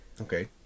Okay